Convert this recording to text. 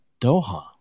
Doha